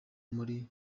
muri